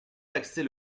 taxer